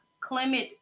Clement